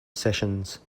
sessions